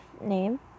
name